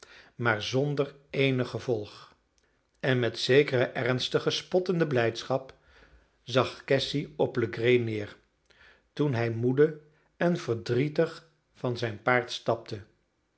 maar zonder eenig gevolg en met zekere ernstige spottende blijdschap zag cassy op legree neer toen hij moede en verdrietig van zijn paard stapte